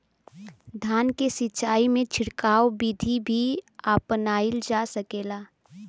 धान के सिचाई में छिड़काव बिधि भी अपनाइल जा सकेला?